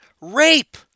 rape